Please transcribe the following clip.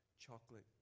chocolate